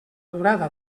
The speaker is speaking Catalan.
durada